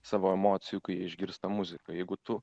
savo emocijų kai jie išgirsta muziką jeigu tu